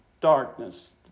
darkness